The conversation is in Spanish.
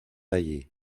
allí